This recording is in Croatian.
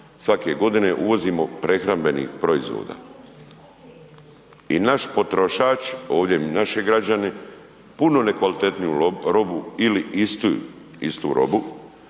svake godine uvozimo prehrambenih proizvoda i naš potrošač, ovdje naši građani puno nekvalitetniju robu ili istu,